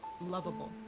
lovable